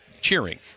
cheering